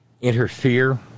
interfere